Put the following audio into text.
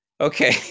Okay